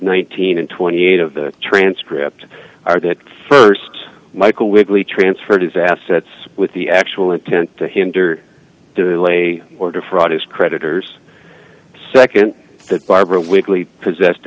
nineteen and twenty eight of the transcript are that st michael wigley transferred his assets with the actual intent to hinder delay or defraud his creditors nd that barbara weakly possessed